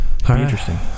Interesting